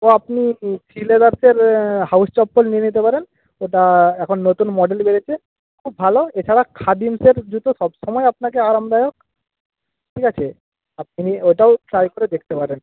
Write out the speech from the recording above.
কিটো আপনি শ্রীলেদার্সের হাউস চপ্পল নিয়ে নিতে পারেন ওটা এখন নতুন মডেল বেরিয়েছে খুব ভালো এছাড়া খাদিমসের জুতো সবসময় আপনাকে আরামদায়ক ঠিক আছে আপনি ওটাও ট্রাই করে দেখতে পারেন